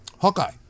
Hawkeye